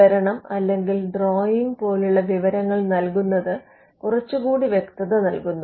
വിവരണം അല്ലെങ്കിൽ ഡ്രോയിംഗ് പോലുള്ള വിവരങ്ങൾ നൽകുന്നത് കുറച്ച് കൂടി വ്യക്തത നൽകുന്നു